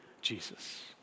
Jesus